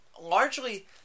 largely